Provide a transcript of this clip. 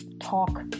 talk